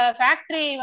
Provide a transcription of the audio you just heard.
factory